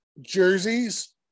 Jerseys